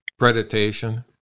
predation